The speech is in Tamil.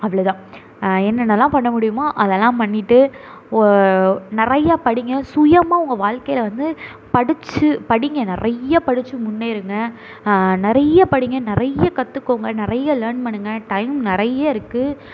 அவ்வளோ தான் என்னென்னெல்லாம் பண்ண முடியுமோ அதெல்லாம் பண்ணிவிட்டு ஒரு நிறையா படியுங்க சுயமாக உங்கள் வாழ்க்கையில வந்து படித்து படியுங்க நிறைய படித்து முன்னேறுங்க நிறைய படியுங்க நிறைய கற்றுக்கோங்க நிறைய லேர்ன் பண்ணுங்கள் டைம் நிறைய இருக்குது